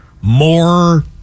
more